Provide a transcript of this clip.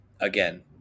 again